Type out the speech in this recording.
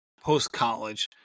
post-college